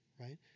right